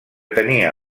tenia